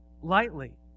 lightly